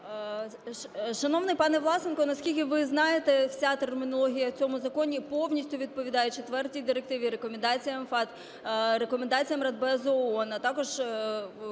Шановний пане Власенко, наскільки ви знаєте, вся термінологія в цьому законі повністю відповідає четвертій Директиві, рекомендаціям FATF, рекомендаціям Радбезу ООН, а також